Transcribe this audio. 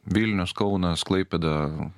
vilnius kaunas klaipėda